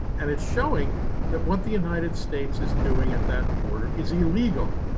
and it's showing that what the united states is doing at that border is illegal!